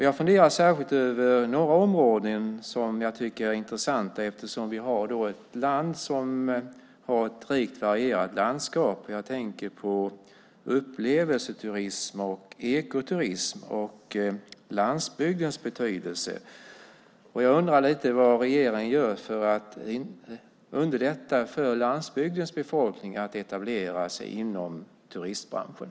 Jag funderar särskilt över några områden som jag tycker är intressanta eftersom vi har ett land med ett rikt varierat landskap. Jag tänker på upplevelseturism, ekoturism och landsbygdens betydelse. Jag undrar lite grann vad regeringen gör för att underlätta för landsbygdens befolkning att etablera sig inom turistbranschen.